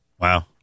Wow